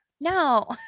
No